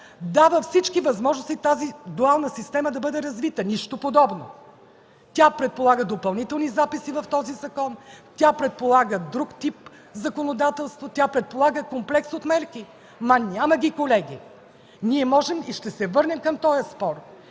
дава всички възможности тази дуална система да бъде развита? Нищо подобно! Тя предполага допълнителни записи в този закон, тя предполага друг тип законодателство, тя предполага комплекс от мерки. Няма ги, колеги! Ние можем и ще се върнем към този спор.